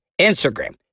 Instagram